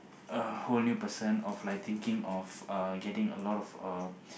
a whole new person of like thinking of uh getting a lot of uh